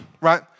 right